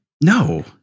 No